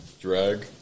drag